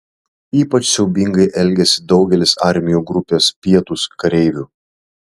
ypač siaubingai elgėsi daugelis armijų grupės pietūs kareivių